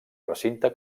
recinte